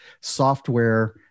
software